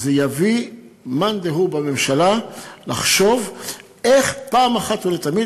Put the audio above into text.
זה יביא מאן דהוא בממשלה לחשוב איך פעם אחת ולתמיד